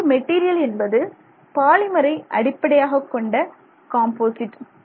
இங்கு மெட்டீரியல் என்பது பாலிமரை அடிப்படையாகக் கொண்ட காம்போசிட்